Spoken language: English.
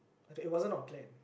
it wasn't our plan